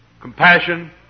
compassion